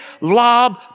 lob